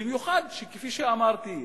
במיוחד כפי שאמרתי,